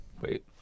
Wait